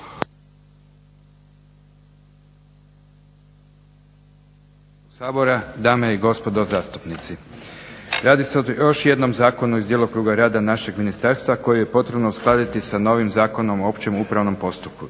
sabora, dame i gospodo zastupnici. Radi se o još jednom zakonu iz djelokruga rada našeg ministarstva koji je potrebno uskladiti sa novim Zakonom o općem upravnom postupku